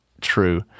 true